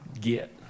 get